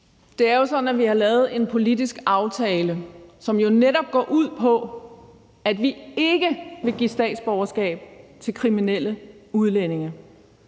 Det er jo sådan, at vi har lavet en politisk aftale, som netop går ud på, at vi ikke vil give statsborgerskab til kriminelle udlændinge.